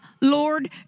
Lord